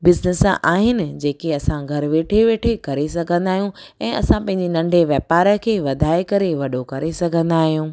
business आहिनि जेके असां घरु वेठे वेठे करे सघंदा आहियूं ऐं असां पंहिंजे नंढे वापार खे वधाए करे वॾो करे सघंदा आहियूं